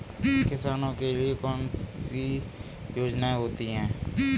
किसानों के लिए कौन कौन सी योजनायें होती हैं?